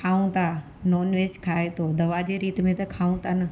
खाऊं था non veg खाए थो दवा जे रीत में त खाऊं था न